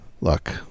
look